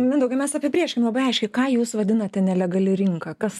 mindaugai mes apibrėžkim labai aiškiai ką jūs vadinate nelegali rinka kas